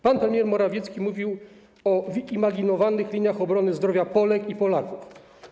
Pan premier Morawiecki mówił o wyimaginowanych liniach obrony zdrowia Polek i Polaków.